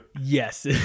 Yes